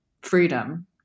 freedom